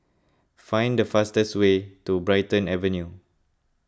find the fastest way to Brighton Avenue